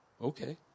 Okay